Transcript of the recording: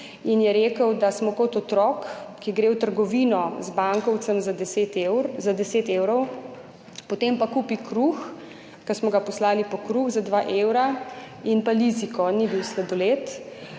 in je rekel, da smo kot otrok, ki gre v trgovino z bankovcem za deset evrov, potem pa kupi kruh, po katerega smo ga poslali, za dva evra in liziko, ni bil sladoled,